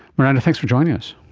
miranda, thanks for joining us.